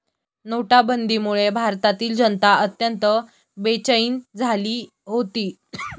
नोटाबंदीमुळे भारतातील जनता अत्यंत बेचैन झाली होती